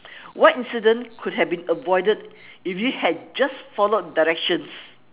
what incident could have been avoided if you had just followed directions